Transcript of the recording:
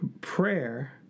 prayer